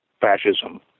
fascism